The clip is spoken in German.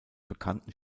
bekannten